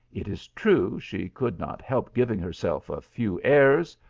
it is true she could not help giving herself a few airs,